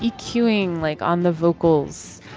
ah cueing like on the vocals.